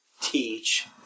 teach